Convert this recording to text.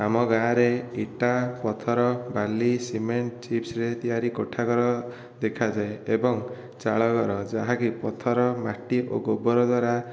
ଆମ ଗାଆଁରେ ଇଟା ପଥର ବାଲି ସିମେଣ୍ଟ ଚିପ୍ସ୍ ରେ ତିଆରି କୋଠା ଘର ଦେଖାଯାଏ ଏବଂ ଚାଳଘର ଯାହାକି ପଥର ମାଟି ଓ ଗୋବର ଦ୍ଵାରା